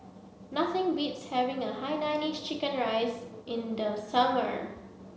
nothing beats having a Hainanese Chicken Rice in the summer